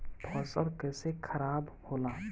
फसल कैसे खाराब होला?